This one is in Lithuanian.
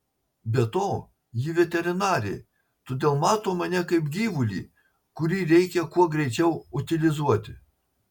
be to ji veterinarė todėl mato mane kaip gyvulį kurį reikia kuo greičiau utilizuoti